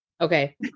Okay